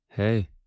Hey